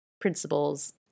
principles